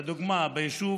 לדוגמה, ביישוב